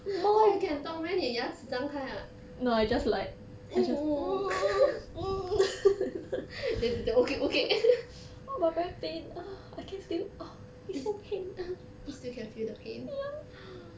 why you can 动 meh 你的牙齿张开 ah mm the the the okay okay you~ you still can feel the pain